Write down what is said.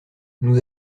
nous